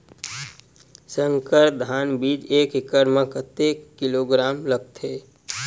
संकर धान बीज एक एकड़ म कतेक किलोग्राम बीज लगथे?